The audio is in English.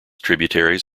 tributaries